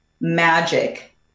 magic